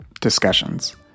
discussions